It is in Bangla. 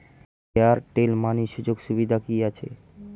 এয়ারটেল মানি সুযোগ সুবিধা কি আছে?